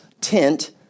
tent